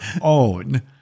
own